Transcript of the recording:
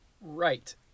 Right